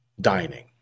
dining